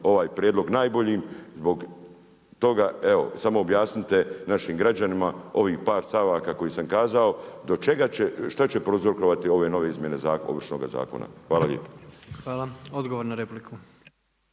ovaj prijedlog najboljim zbog toga, evo i samo objasnite našim građanima ovih par stavaka koje sam kazao, do čega će, što će prouzrokovati ove nove izmjene Ovršnoga zakona. Hvala lijepa. **Jandroković,